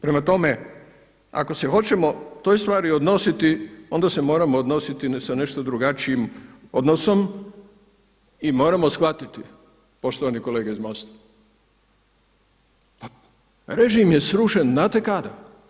Prema tome, ako se hoćemo toj stvari odnositi, onda se moramo odnositi sa nešto drugačijim odnosom i moramo shvatiti poštovani kolege iz Mosta, pa režim je srušen znate kada?